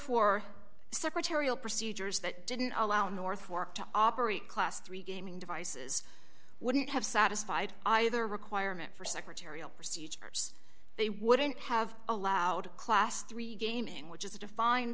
for secretarial procedures that didn't allow north fork to operate class three gaming devices wouldn't have satisfied either requirement for secretarial procedures they wouldn't have allowed class three gaming which is a defined